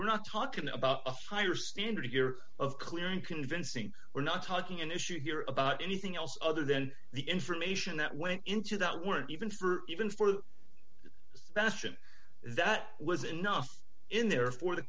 we're not talking about a higher standard here of clear and convincing we're not talking an issue here about anything else other than the information that went into that weren't even for even for especially that was enough in there for the